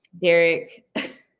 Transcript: Derek